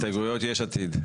הסתייגויות יש עתיד.